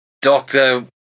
doctor